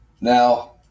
Now